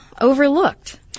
overlooked